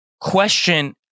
question